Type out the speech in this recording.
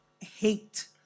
hate